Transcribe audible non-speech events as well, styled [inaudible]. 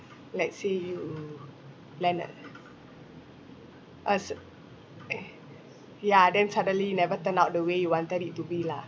let's say you plan a a s~ [noise] ya then suddenly never turn out the way you wanted it to be lah